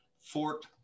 Fort